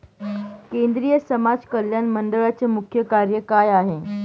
केंद्रिय समाज कल्याण मंडळाचे मुख्य कार्य काय आहे?